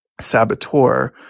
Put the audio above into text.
saboteur